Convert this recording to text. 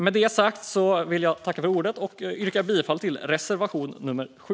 Med detta sagt vill jag yrka bifall till reservation nummer 7.